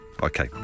Okay